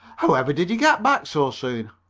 however did you get back so soon?